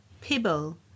Pebble